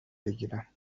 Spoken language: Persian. بگیرم